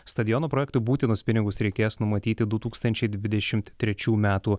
stadiono projektui būtinus pinigus reikės numatyti du tūkstančiai dvidešim trečių metų